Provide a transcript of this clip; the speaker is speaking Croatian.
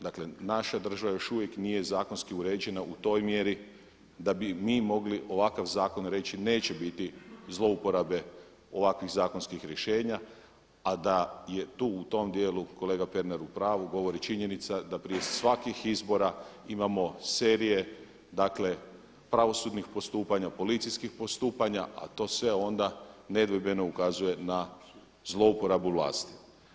Dakle, naša država još uvijek nije zakonski uređena u toj mjeri da bi mi mogli ovakav zakon reći neće biti zlouporabe ovakvih zakonskih rješenja, a da je tu u tom dijelu kolega Pernar u pravu govori činjenica da prije svakih izbora imamo serije, dakle pravosudnih postupanja, policijskih postupanja, a to sve onda nedvojbeno ukazuje na zlouporabu vlasti.